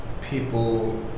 people